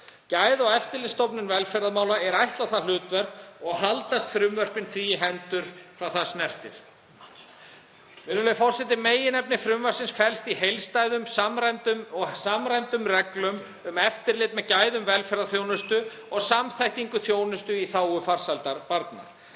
Gæða- og eftirlitsstofnun velferðarmála er ætlað það hlutverk og haldast frumvörpin því í hendur hvað það snertir. Virðulegur forseti. Meginefni frumvarpsins felst í heildstæðum og samræmdum reglum um eftirlit með gæðum velferðarþjónustu og samþættingu þjónustu í þágu farsældar barna.